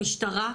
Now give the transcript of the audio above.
המשטרה,